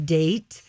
date